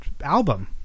album